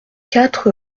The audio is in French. quatre